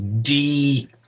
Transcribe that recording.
D-